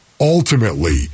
ultimately